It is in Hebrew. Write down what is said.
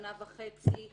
שנה וחצי,